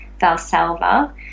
Valsalva